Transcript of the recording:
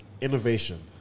Innovation